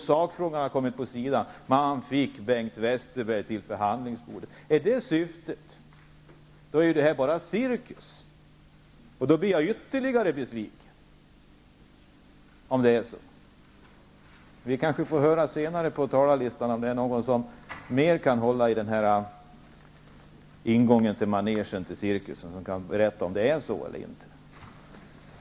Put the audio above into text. Sakfrågorna har kommit vid sidan om. Men man fick Bengt Westerberg till förhandlingsbordet. Är det syftet så är alltsammans bara cirkus, och då blir jag ännu mer besviken. Vi kanske får höra av någon senare på talarlistan om någon mer kan hålla i ingången till manegen på cirkusen och berätta om det är på det här viset eller inte.